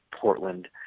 Portland